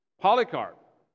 polycarp